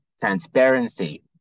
transparency